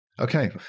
Okay